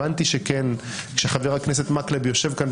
הבנתי שחבר הכנסת מקלב יושב כאן,